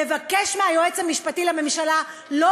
לבקש מהיועץ המשפטי לממשלה לא